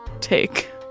take